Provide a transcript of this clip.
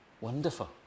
Wonderful